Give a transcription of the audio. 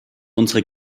unsere